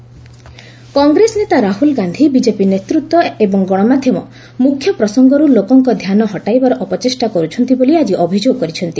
ରାହ୍ନଲ୍ Gandhi polls Congress ନେତା Rahul Gandhi BJP ନେତୃତ୍ୱ ଏବଂ ଗଣମାଧ୍ୟମ ମୁଖ୍ୟ ପ୍ରସଙ୍ଗରୁ ଲୋକଙ୍କ ଧ୍ୟାନ ହଟାଇବାର ଅପଚେଷ୍ଟା କରୁଛନ୍ତି ବୋଲି ଆକି ଅଭିଯୋଗ କରିଛନ୍ତି